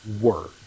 word